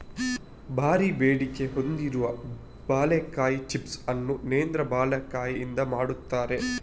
ಭಾರೀ ಬೇಡಿಕೆ ಹೊಂದಿರುವ ಬಾಳೆಕಾಯಿ ಚಿಪ್ಸ್ ಅನ್ನು ನೇಂದ್ರ ಬಾಳೆಕಾಯಿಯಿಂದ ಮಾಡ್ತಾರೆ